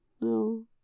No